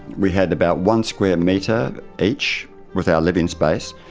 we had about one square metre each was our living space.